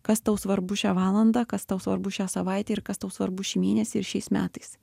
kas tau svarbu šią valandą kas tau svarbu šią savaitę ir kas tau svarbu šį mėnesį ir šiais metais